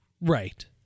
right